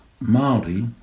maori